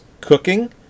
cooking